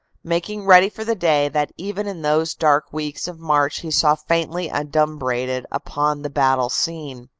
making ready for the day that even in those dark weeks of larch he saw faintly adumbrated upon the battle scene.